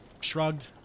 shrugged